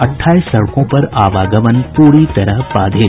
अट्ठाईस सड़कों पर आवागमन पूरी तरह बाधित